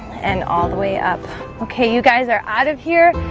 and all the way up. okay, you guys are out of here.